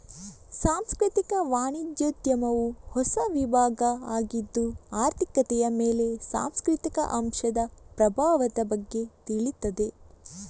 ಸಾಂಸ್ಕೃತಿಕ ವಾಣಿಜ್ಯೋದ್ಯಮವು ಹೊಸ ವಿಭಾಗ ಆಗಿದ್ದು ಆರ್ಥಿಕತೆಯ ಮೇಲೆ ಸಾಂಸ್ಕೃತಿಕ ಅಂಶದ ಪ್ರಭಾವದ ಬಗ್ಗೆ ತಿಳೀತದೆ